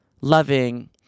loving